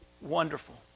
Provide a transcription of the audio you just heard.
Wonderful